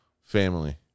family